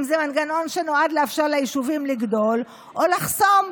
אם זה מנגנון שנועד לאפשר ליישובים לגדול או לחסום.